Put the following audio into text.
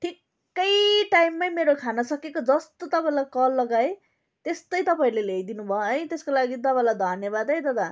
ठिक्कै टाइममै मेरो खाना सकेको जस्तो तपाईँलाई कल लगाएँ त्यस्तै तपाईँहरूले ल्याइदिनु भयो है त्यसको लागि तपाईँलाई धन्यवाद है दादा